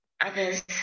Others